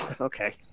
okay